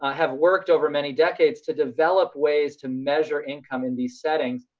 ah have worked over many decades to develop ways to measure income in these settings.